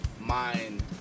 mind